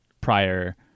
prior